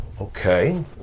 Okay